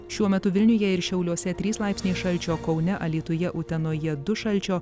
šiuo metu vilniuje ir šiauliuose trys laipsniai šalčio kaune alytuje utenoje du šalčio